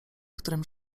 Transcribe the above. którym